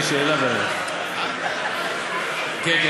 אדוני